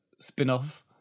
spin-off